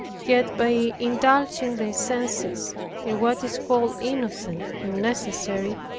yet by indulging their senses in what is called innocent and necessary,